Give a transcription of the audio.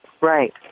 Right